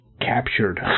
captured